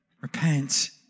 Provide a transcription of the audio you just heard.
repent